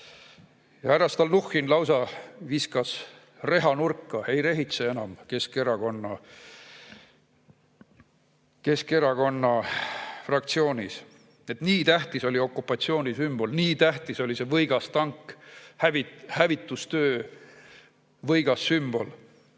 Härra Stalnuhhin lausa viskas reha nurka, ei rehitse enam Keskerakonna fraktsioonis. Nii tähtis oli okupatsiooni sümbol! Nii tähtis oli see võigas tank, hävitustöö võigas sümbol!